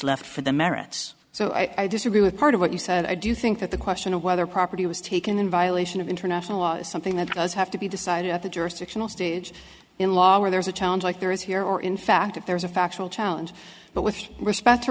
left for the merits so i disagree with part of what you said i do think that the question of whether property was taken in violation of international law is something that does have to be decided at the jurisdictional stage in law where there's a challenge like there is here or in fact if there is a factual challenge but with respect to